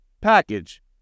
package